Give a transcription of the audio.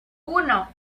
uno